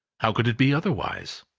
how could it be otherwise?